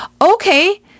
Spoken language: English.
Okay